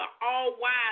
all-wise